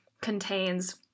contains